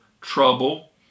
trouble